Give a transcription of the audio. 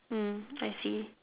mm I see